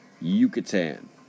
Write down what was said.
Yucatan